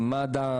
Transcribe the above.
מד"א,